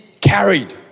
carried